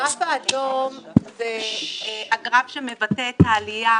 הגרף האדום זה הגרף שמבטא את העלייה